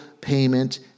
payment